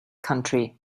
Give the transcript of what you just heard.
country